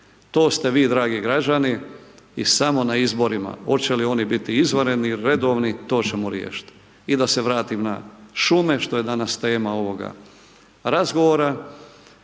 to ste vi dragi građani i samo na izborima oče li oni biti izvanredni ili redovni to ćemo riješiti. I da se vratim na šume što je danas tema ovoga razgovora,